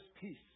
peace